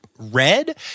red